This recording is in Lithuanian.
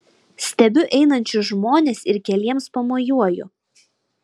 stebiu einančius žmones ir keliems pamojuoju